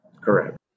Correct